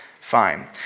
fine